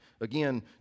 again